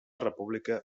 república